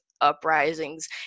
uprisings